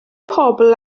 pobl